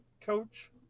coach